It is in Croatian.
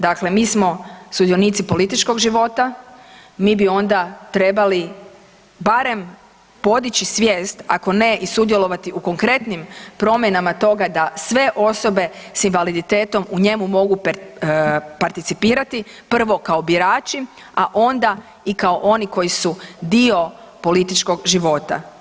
Dakle, mi smo sudionici političkog života, mi bi onda trebali barem podići svijest ako ne i sudjelovati u konkretnim promjenama toga da sve osobe s invaliditetom u njemu mogu participirati prvo kao birači, a ona i kao oni koji su dio političkog života.